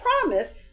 promise